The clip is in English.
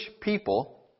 people